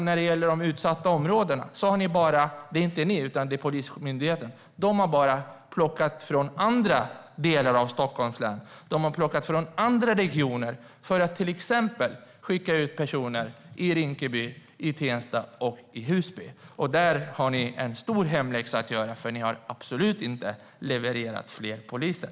När det gäller de utsatta områdena har Polismyndigheten dessutom bara plockat från andra delar av Stockholms län och andra regioner för att till exempel skicka ut personer i Rinkeby, Tensta och Husby. Där har ni en stor hemläxa att göra, för ni har absolut inte levererat fler poliser.